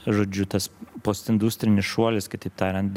žodžiu tas postindustrinis šuolis kitaip tariant